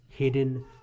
hidden